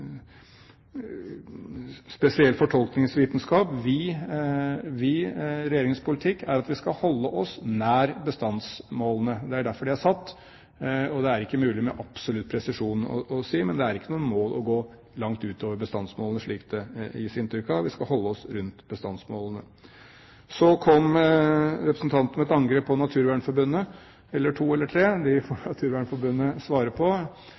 Regjeringens politikk er at vi skal holde oss nær bestandsmålene. Det er derfor de er satt. Og det er ikke mulig med absolutt presisjon. Men det er ikke noe mål å gå langt utover bestandsmålene, slik det gis inntrykk av. Vi skal holde oss rundt bestandsmålene. Så kom representanten med et angrep – eller to eller tre – på Naturvernforbundet. Det får Naturvernforbundet svare på.